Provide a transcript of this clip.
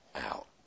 out